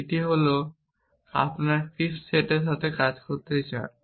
এটি হল আপনি কেন ক্রিস্প সেটের সাথে কাজ করতে চান